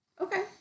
Okay